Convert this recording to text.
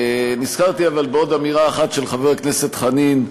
נזכרתי בעוד אמירה אחת של חבר הכנסת חנין,